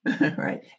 Right